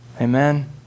Amen